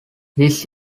this